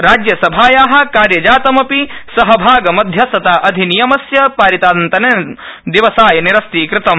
राजयसभाया कार्यजातम अपि सहभागमध्यस्थता अधिनियमस्य पारितादनन्तर दिवसाय निरस्तीकृतम्